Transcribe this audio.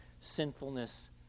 sinfulness